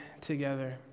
together